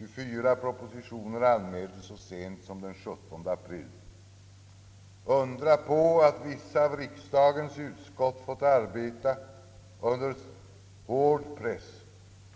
24 propositioner avlämnades så sent som den 17 april. Undra på att vissa av riksdagens utskott fått arbeta under hård press